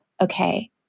okay